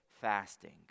fasting